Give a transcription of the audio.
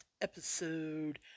episode